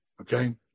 okay